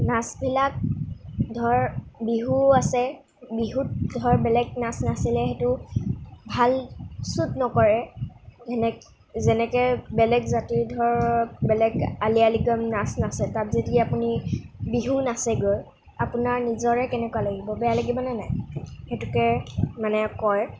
নাচবিলাক ধৰ বিহুও আছে বিহুত ধৰ বেলেগ নাচ নাছিলে সেইটো ভাল চুট নকৰে সেনে যেনেকৈ বেলেগ জাতিৰ ধৰ বেলেগ আলি আই লিগাং নাচ নাচে তাত যদি আপুনি বিহুও নাচেগৈ আপোনাৰ নিজৰে কেনেকুৱা লাগিব বেয়া লাগিব নে নাই সেইটোকে মানে কয়